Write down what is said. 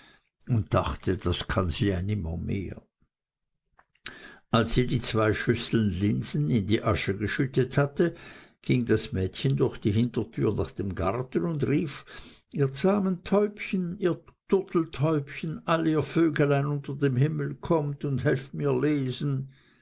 und dachte das kann es ja nimmermehr als sie die zwei schüsseln linsen in die asche geschüttet hatte ging das mädchen durch die hintertür nach dem garten und rief ihr zahmen täubchen ihr turteltäubchen all ihr vöglein unter dem himmel kommt und helft mir lesen